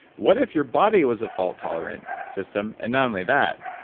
what if your body was a fault-tolerant system, and not only that.